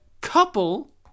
couple